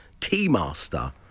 Keymaster